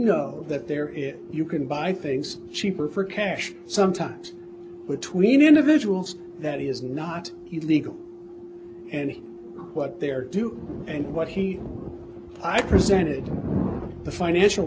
know that there is you can buy things cheaper for cash sometimes with tween individuals that is not illegal and what they're doing and what he i presented the financial